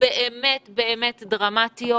הבאמת-באמת דרמטיות